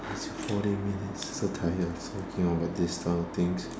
forty minutes so tired of talking about this kind of things